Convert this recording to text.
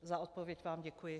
Za odpověď vám děkuji.